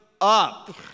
up